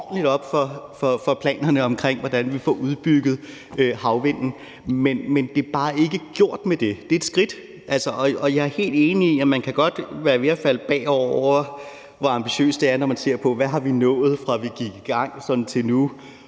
ordentligt op for planerne for, hvordan vi får udbygget brugen af havvind. Det er bare ikke gjort med det, men det er et skridt i den retning. Og jeg er helt enig i, at man godt kan være ved at falde bagover, når man ser, hvor ambitiøst det er, og når man ser på, hvad vi har nået, fra vi gik i gang til nu,